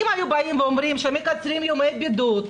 אם היו אומרים שמקצרים את ימי הבידוד,